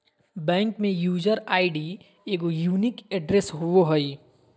bank में user ID एगो unique address होबो हइ